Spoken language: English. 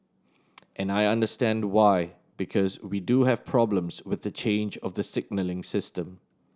and I understand why because we do have problems with the change of the signalling system